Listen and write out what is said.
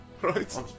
Right